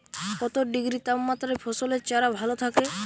কত ডিগ্রি তাপমাত্রায় ফসলের চারা ভালো থাকে?